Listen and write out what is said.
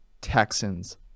Texans